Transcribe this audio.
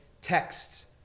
texts